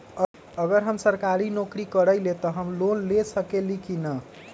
अगर हम सरकारी नौकरी करईले त हम लोन ले सकेली की न?